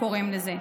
קוראים לזה.